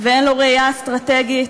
ואין לו ראייה אסטרטגית,